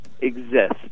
exist